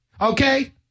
okay